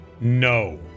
No